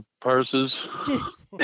purses